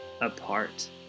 apart